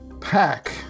pack